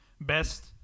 Best